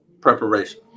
preparation